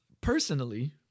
personally